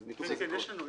כן, כן, יש לנו.